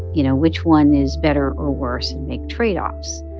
you know, which one is better or worse and make trade-offs.